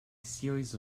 series